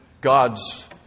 God's